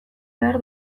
behar